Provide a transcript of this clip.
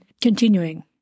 continuing